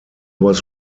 was